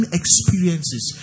experiences